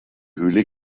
höhle